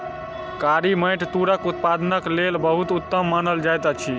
कारी माइट तूरक उत्पादनक लेल बहुत उत्तम मानल जाइत अछि